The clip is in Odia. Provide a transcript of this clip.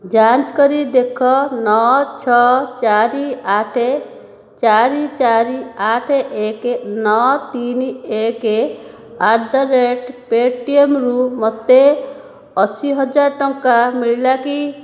ଯାଞ୍ଚ କରି ଦେଖ ନଅ ଛଅ ଚାରି ଆଠ ଚାରି ଚାରି ଆଠ ଏକେ ନଅ ତିନି ଏକ ଆଟ୍ ଦ ରେଟ୍ ପେଟିଏମ୍ରୁ ମୋତେ ଅଶି ହଜାର ଟଙ୍କା ମିଳିଲା କି